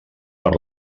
per